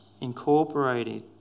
incorporated